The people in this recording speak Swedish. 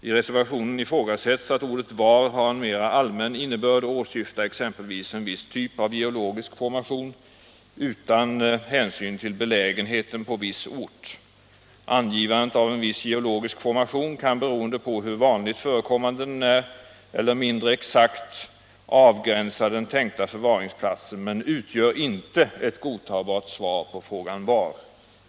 I reservationen ifrågasätts att ordet ”var” har en mera allmän innebörd och åsyftar exempelvis en viss typ av geologisk formation utan hänsyn till belägenheten på viss ort. Angivandet av en viss geologisk formation kan, beroende på hur vanligt förekommande den är, mer eller mindre exakt avgränsa den tänkta förvaringsplatsen men utgör inte ett godtagbart svar på frågan var.